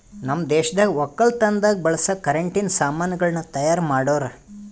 ನಮ್ ದೇಶದಾಗ್ ವಕ್ಕಲತನದಾಗ್ ಬಳಸ ಕರೆಂಟಿನ ಸಾಮಾನ್ ಗಳನ್ನ್ ತೈಯಾರ್ ಮಾಡೋರ್